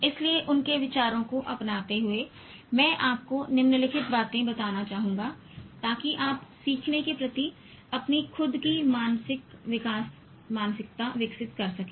इसलिए उनके विचारों को अपनाते हुए मैं आपको निम्नलिखित बातें बताना चाहूंगा ताकि आप सीखने के प्रति अपनी खुद की विकास मानसिकता विकसित कर सकें